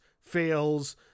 fails